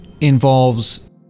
involves